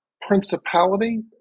principality